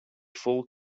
full